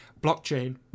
Blockchain